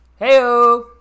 Heyo